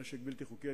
נשק בלתי חוקי,